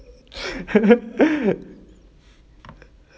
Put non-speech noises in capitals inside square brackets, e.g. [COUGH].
[BREATH] [LAUGHS]